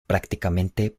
prácticamente